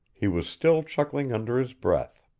he was still chuckling under his breath.